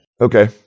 okay